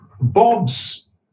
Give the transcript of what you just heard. Bob's